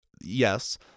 Yes